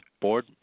board